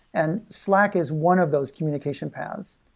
and slack is one of those communications paths.